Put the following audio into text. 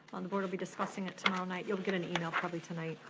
um the board will be discussing it tomorrow night. you'll get an email probably tonight,